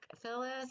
Phyllis